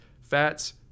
fats